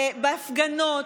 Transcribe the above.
בהפגנות.